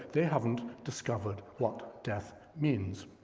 they haven't discovered what death means,